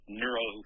neuro